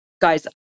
guys